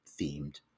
themed